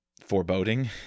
foreboding